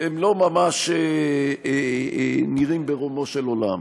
לא ממש נראים ברומו של עולם.